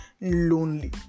lonely